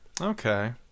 Okay